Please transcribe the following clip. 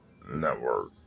Network